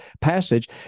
passage